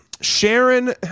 Sharon